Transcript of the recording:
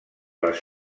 les